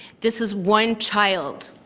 this is one child.